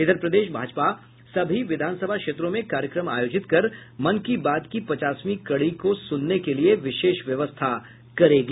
इधर प्रदेश भाजपा सभी विधानसभा क्षेत्रों में कार्यक्रम आयोजित कर मन की बात की पचासवीं कड़ी के सुनने के लिये व्यवस्था करेगी